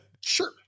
sure